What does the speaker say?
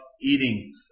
eating